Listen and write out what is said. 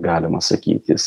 galima sakytis